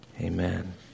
amen